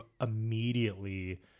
immediately